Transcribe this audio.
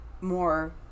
more